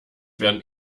werden